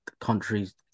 countries